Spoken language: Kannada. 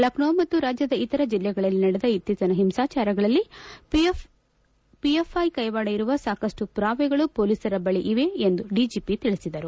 ಲಕ್ಷೋ ಮತ್ತು ರಾಜ್ಯದ ಇತರ ಜಿಲ್ಲೆಗಳಲ್ಲಿ ನಡೆದ ಇತ್ತೀಚಿನ ಹಿಂಸಾಚಾರಗಳಲ್ಲಿ ಪಿಎಫ್ಐ ಕೈವಾಡ ಇರುವ ಸಾಕಷ್ಟು ಪುರಾವೆಗಳು ಪೊಲೀಸರ ಬಳಿ ಇವೆ ಎಂದು ಡಿಜೆಪಿ ತಿಳಿಸಿದರು